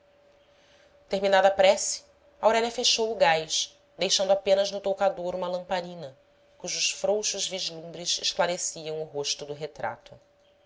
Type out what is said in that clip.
terminada a prece aurélia fechou o gás deixando apenas no toucador uma lamparina cujos frouxos vislumbres esclareciam o rosto do retrato